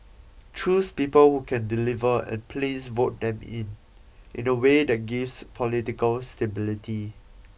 choose people who can deliver and please vote them in in a way that gives political stability